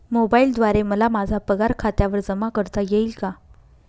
मोबाईलद्वारे मला माझा पगार खात्यावर जमा करता येईल का?